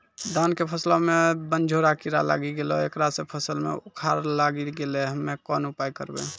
धान के फसलो मे बनझोरा कीड़ा लागी गैलै ऐकरा से फसल मे उखरा लागी गैलै हम्मे कोन उपाय करबै?